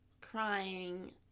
crying